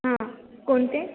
हां कोणते